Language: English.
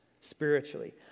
spiritually